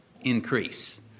increase